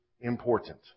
important